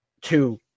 Two